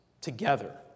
together